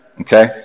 Okay